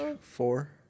Four